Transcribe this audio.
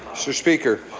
so speaker,